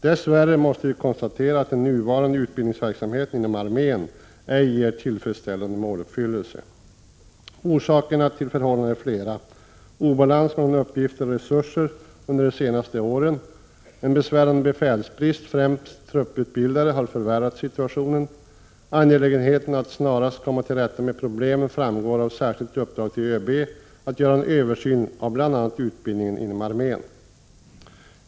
Dess värre måste vi konstatera att den nuvarande utbildningsverksamheten inom armén ej ger tillfredsställande måluppfyllelse. Orsakerna till förhållandet är flera. Obalans mellan uppgifter och resurser under de senaste åren är en orsak. En besvärande befälsbrist, främst trupputbildare har förvärrat situationen. Angelägenheten att snarast komma till rätta med problemen framgår av särskilt uppdrag till ÖB att göra en översyn av bl.a. utbildningen inom armén.